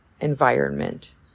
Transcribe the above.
environment